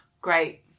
Great